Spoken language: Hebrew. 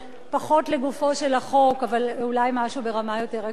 פחות לגופו של החוק אבל אולי משהו ברמה יותר עקרונית.